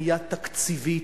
בנייה תקציבית.